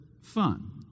fun